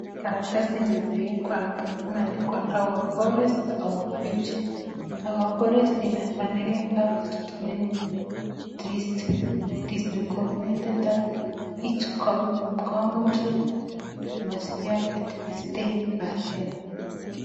Karatasi yenye imewekwa hapa imeandikwa forest our future our forest in furnerian coved with many trees , it is recommended that each country must have at least ten percent .